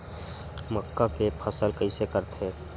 मक्का के फसल कइसे करथे?